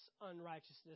unrighteousness